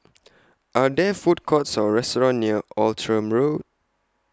Are There Food Courts Or restaurants near Outram Road